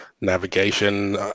navigation